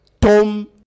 Tom